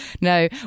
No